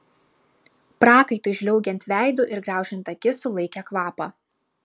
prakaitui žliaugiant veidu ir graužiant akis sulaikė kvapą